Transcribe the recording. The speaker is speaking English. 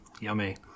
Yummy